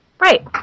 Right